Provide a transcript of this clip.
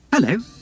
Hello